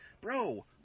bro